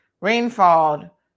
rainfall